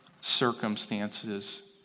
circumstances